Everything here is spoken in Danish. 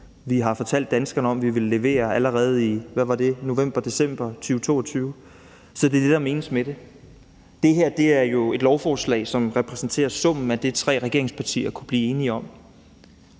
vi har fortalt danskerne om, at vi vil levere, allerede i november-december 2022. Så det er det, der menes med det. Det her er jo et lovforslag, som repræsenterer summen af det, tre regeringspartier kunne blive enige om.